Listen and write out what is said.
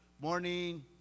morning